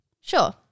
Sure